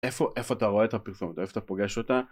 איפה, איפה את הרואה הייתה פרסומת, איפה את הפוגשת אותה